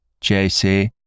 JC